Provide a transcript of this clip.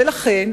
ולכן,